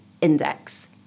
index